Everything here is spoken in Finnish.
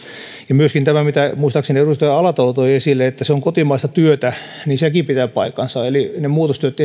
myöskin tämä mitä muistaakseni edustaja alatalo toi esille että se on kotimaista työtä pitää paikkansa eli ne muutostyöt